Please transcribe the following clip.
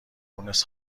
مونس